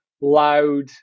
loud